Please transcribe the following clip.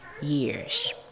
years